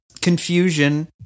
confusion